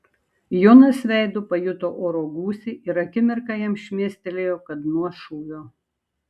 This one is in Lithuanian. jonas veidu pajuto oro gūsį ir akimirką jam šmėstelėjo kad nuo šūvio